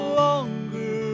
longer